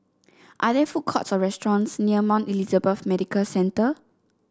are there food courts or restaurants near Mount Elizabeth Medical Centre